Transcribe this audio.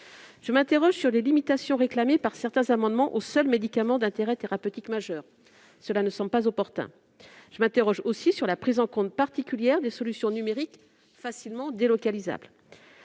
Je m'interroge sur les limitations réclamées par les auteurs de certains amendements aux seuls médicaments d'intérêt thérapeutique majeur. Cela ne semble pas opportun. Je m'interroge aussi sur la prise en compte particulière des solutions numériques facilement délocalisables.